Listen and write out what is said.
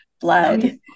blood